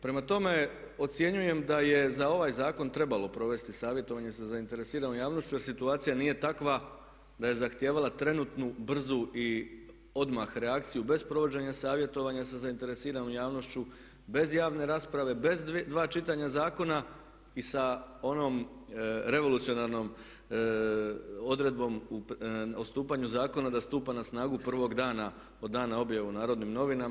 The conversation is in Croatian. Prema tome, ocjenjujem da je za ovaj zakon trebalo provesti savjetovanje sa zainteresiranom javnošću, jer situacija nije takva da je zahtijevala trenutnu, brzu i odmah reakciju bez provođenja savjetovanja sa zainteresiranom javnošću, bez javne rasprave, bez dva čitanja zakona i sa onom revolucionarnom odredbom o stupanju zakona da stupa na snagu prvog dana od dana objave u Narodnim novinama.